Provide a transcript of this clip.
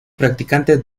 practicantes